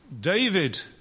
David